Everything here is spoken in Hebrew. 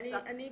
כן.